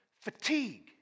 fatigue